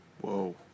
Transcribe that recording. Whoa